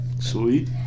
Sweet